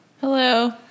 Hello